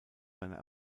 seiner